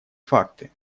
факты